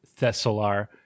Thessalar